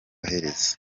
herezo